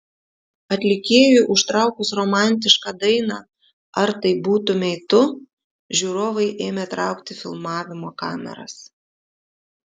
atlikėjui užtraukus romantišką dainą ar tai būtumei tu žiūrovai ėmė traukti filmavimo kameras